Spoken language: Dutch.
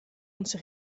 onze